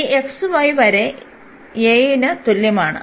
അതിനാൽ ഈ xy വരെ a ന് തുല്യമാണ്